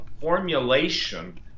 formulation